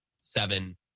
seven